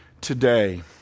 today